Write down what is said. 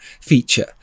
feature